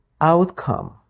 outcome